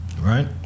right